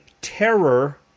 terror